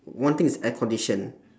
one thing is air conditioned